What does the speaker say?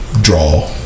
draw